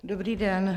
Dobrý den.